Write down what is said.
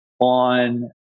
on